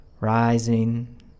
rising